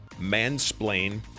mansplain